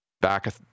back